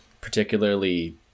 particularly